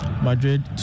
Madrid